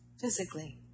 physically